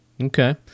Okay